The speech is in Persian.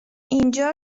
اینجا